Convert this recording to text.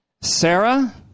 Sarah